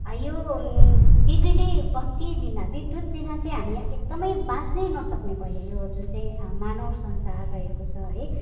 यो बिजुली बत्तीविना विद्युतविना चाहिँ हामी एकदमै बाँच्नै नसक्ने भयो यो जुन चाहिँ मानव संसार रहेको छ है